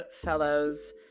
fellows